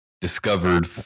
discovered